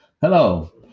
Hello